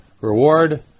reward